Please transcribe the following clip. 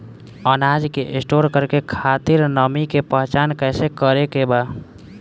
अनाज के स्टोर करके खातिर नमी के पहचान कैसे करेके बा?